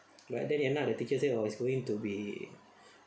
but then end up the teacher say oh it's going to be